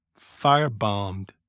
firebombed